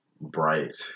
bright